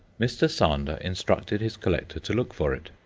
mr. sander instructed his collector to look for it.